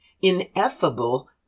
ineffable